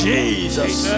Jesus